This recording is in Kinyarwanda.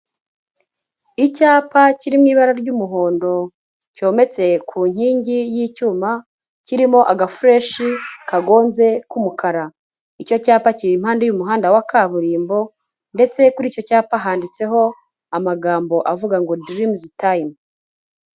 Icyapa kiri mu ibara ry'umuhondo cyometse ku nkingi y'icyuma, kirimo agafureshi kagonze k'umukara, icyo cyapa kiri impande y'umuhanda wa kaburimbo ndetse kuri icyo cyapa handitseho amagambo avuga ngo dirimuzi tayimu.